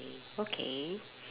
okay